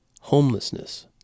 homelessness